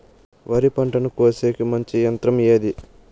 వరి పంటను కోసేకి మంచి యంత్రం ఏది?